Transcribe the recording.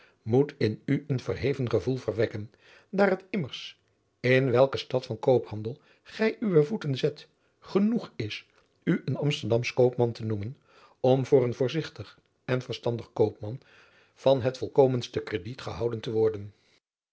moet in u een verheven gevoel verwekken daar het immers in welke stad van koophandel gij uwe voeten zet genoeg is u een amsterdamsch koopman te noemen om voor een voorzigtig en verstandig koopman van het volkomenste krediet gehouden te worden